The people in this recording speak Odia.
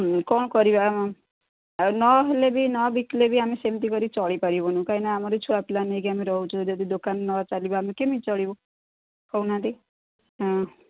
କ'ଣ କରିବା ଆଉ ନହେଲେ ବି ନବିକିଲେ ବି ଆମେ ସେମିତି କରି ଚଳିପାରିବୁନୁ କହିଁକିନା ଆମର ଛୁଆପିଲା ନେଇକି ଆମେ ରହୁଛୁ ଯଦି ଦୋକାନ ନ ଚାଲିବା ଆମେ କେମିତି ଚଳିବୁ କହୁନାହାନ୍ତି ହଁ